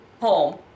home